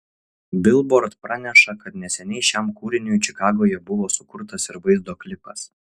bilbord praneša kad neseniai šiam kūriniui čikagoje buvo sukurtas ir vaizdo klipas